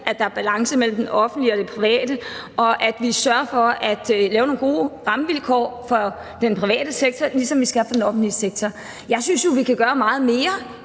at der er balance mellem det offentlige og det private, og at vi sørger for at lave nogle gode rammevilkår for den private sektor, ligesom vi skal for den offentlige sektor. Jeg synes jo i virkeligheden,